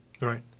Right